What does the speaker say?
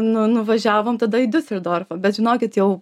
nu nuvažiavom tada į diuseldorfą bet žinokit jau